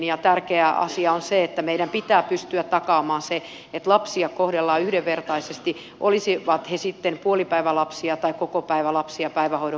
ja tärkeä asia on se että meidän pitää pystyä takaamaan se että lapsia kohdellaan yhdenvertaisesti olisivat he sitten puolipäivälapsia tai kokopäivälapsia päivähoidon piirissä